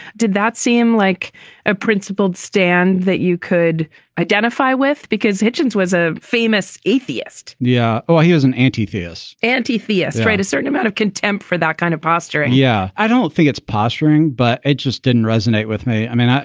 did that seem like a principled stand that you could identify with because hitchens was a famous atheist? yeah. oh, he is an antithesis and antithesis, right. a certain amount of contempt for that kind of posture and yeah, i don't think it's posturing, but it just didn't resonate with me. i mean,